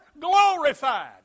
glorified